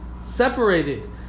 separated